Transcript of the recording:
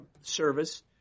service